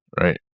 right